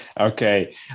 Okay